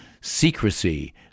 Secrecy